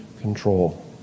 control